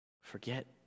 Forget